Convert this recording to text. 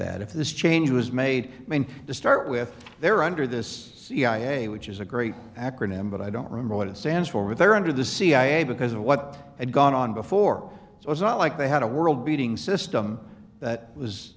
that if this change was made to start with they're under this cia which is a great acronym but i don't remember what it stands for with their under the cia because of what had gone on before so it's not like they had a world beating system that was